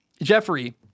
Jeffrey